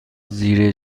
زیره